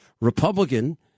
Republican